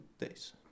days